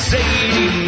Sadie